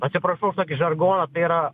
atsiprašau už tokį žargoną tai yra